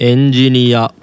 Engineer